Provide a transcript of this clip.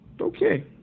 Okay